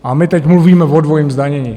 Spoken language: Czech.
A my teď mluvíme o dvojím zdanění.